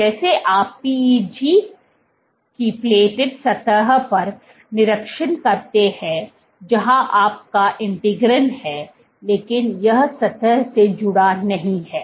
जैसे आप PEG की प्लेटेड सतह पर निरीक्षण करते हैं जहां आपका इंटीग्रिन है लेकिन यह सतह से जुड़ा नहीं है